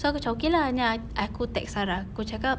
so cakap okay lah then ak~ aku text sarah aku cakap